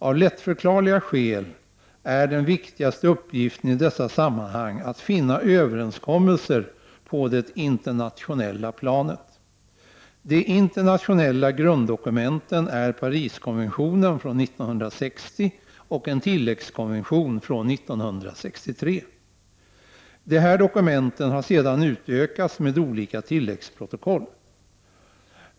Av lättförklarliga skäl är den viktigaste uppgiften i dessa sammanhang att finna överenskommelser på det internationella planet. De internationella grunddokumenten är Pariskonventionen från 1960 och en tilläggskonvention från 1963. De här dokumenten har sedan utökats med olika tillläggsprotokoll.